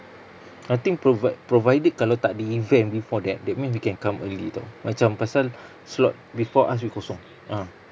I think provi~ provided kalau takde event before that that means we can come early [tau] macam pasal slot before us is kosong uh